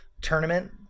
tournament